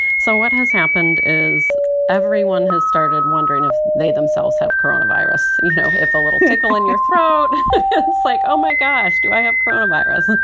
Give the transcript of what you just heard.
so what has happened is everyone has started wondering if they themselves have coronavirus. you know, if a little tickle in your throat it's like, oh my gosh, do i have coronavirus?